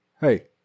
Hey